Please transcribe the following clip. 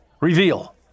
Reveal